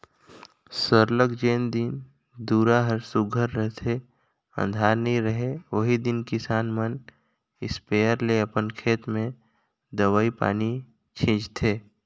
सरलग जेन दिन दुरा हर सुग्घर रहथे अंधार नी रहें ओही दिन किसान मन इस्पेयर ले अपन खेत में दवई पानी छींचथें